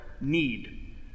need